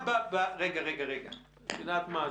והוא ייספר בשני מסרונים,